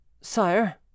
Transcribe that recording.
Sire